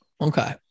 okay